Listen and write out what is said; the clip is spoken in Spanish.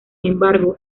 embargo